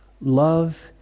love